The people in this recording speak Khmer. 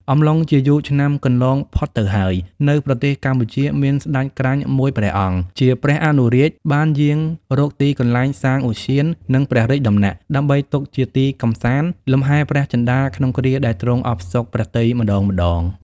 អំឡុងជាយូរឆ្នាំកន្លងផុតទៅហើយ នៅប្រទេសកម្ពុជាមានស្ដេចក្រាញ់មួយព្រះអង្គ ជាព្រះអនុរាជ បានយាងរកទីកន្លែងសាងឧទ្យាន និងព្រះរាជដំណាក់ ដើម្បីទុកជាទីកម្សាន្ត លំហែព្រះចិន្ដាក្នុងគ្រាដែលទ្រង់អផ្សុកព្រះទ័យម្ដងៗ ។។